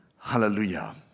Hallelujah